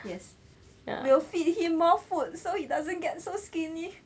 yes will feed him more food so he doesn't get so skinny